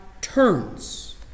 turns